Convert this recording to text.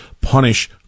punish